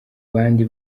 bandi